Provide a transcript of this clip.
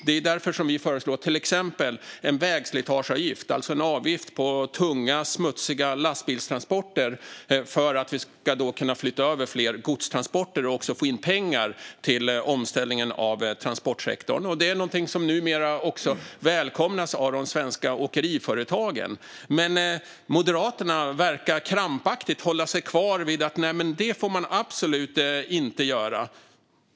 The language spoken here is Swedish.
Det är därför som vi föreslår en vägslitageavgift, det vill säga en avgift på tunga, smutsiga lastbilstransporter för att vi ska flytta över fler godstransporter och få in pengar till omställningen av transportsektorn. Det är något som numera också välkomnas av de svenska åkeriföretagen. Men Moderaterna verkar krampaktigt hålla sig kvar vid att detta får man absolut inte göra.